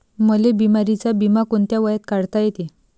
मले बिमारीचा बिमा कोंत्या वयात काढता येते?